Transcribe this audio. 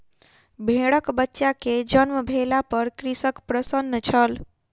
भेड़कबच्चा के जन्म भेला पर कृषक प्रसन्न छल